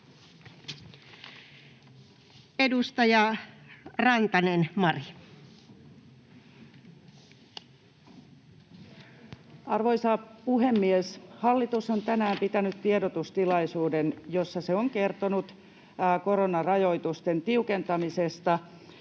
Edustaja Rantanen, Mari. Arvoisa puhemies! Hallitus on tänään pitänyt tiedotustilaisuuden, jossa se on kertonut koronarajoitusten tiukentamisesta